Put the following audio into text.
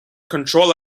control